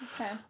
Okay